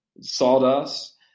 sawdust